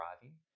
driving